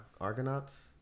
Argonauts